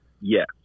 yes